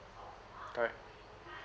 correct